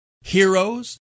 heroes